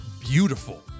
beautiful